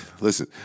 listen